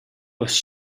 was